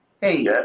Hey